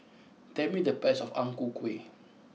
tell me the price of Ang Ku Kueh